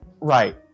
Right